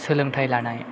सोलोंथाय लानाय